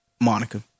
Monica